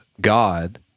God